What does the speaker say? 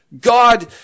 God